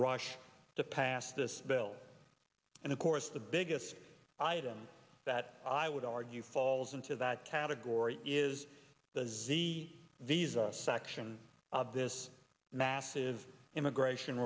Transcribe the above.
rush to pass this bill and of course the biggest item that i would argue falls into that category is the z visa section of this massive immigration